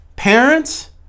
Parents